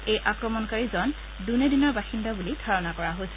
এই আক্ৰমণকাৰীজন দুনেদিনৰ বাসিন্দা বুলি ধাৰণা কৰা হৈছে